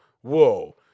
whoa